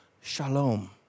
shalom